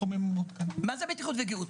מה זה בטיחות וגיהות?